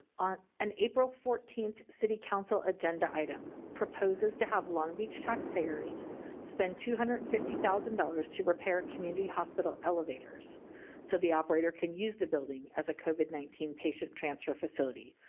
on and april fourteenth city council agenda item proposes to have long beach taxpayers spend two hundred and fifty thousand dollars to repair community hospital elevators so the operator can use the building as a covid nineteen patient transfer facility,